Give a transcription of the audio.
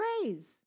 praise